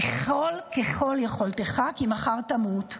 אכול ככל יכולתך, כי מחר תמות.